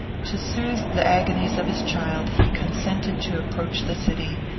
to soothe the agonies of his child, he consented to approach the city,